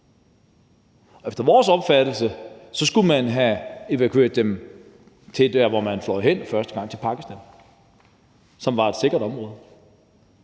Efter vores opfattelse skulle man have evakueret dem til der, hvor man fløj hen første gang, altså til Pakistan, som var et sikkert område.